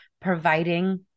providing